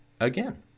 again